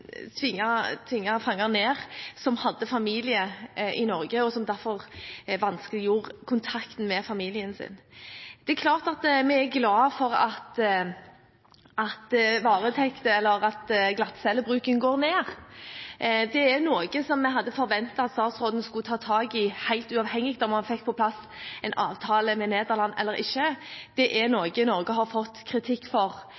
fanger ned som hadde familie i Norge, og som derfor fikk vanskeliggjort kontakten med familien sin. Det er klart at vi er glade for at glattcellebruken går ned, men det er noe som vi hadde forventet at statsråden skulle ta tak i helt uavhengig av om man fikk på plass en avtale med Nederland eller ikke. Det er noe Norge har fått kritikk for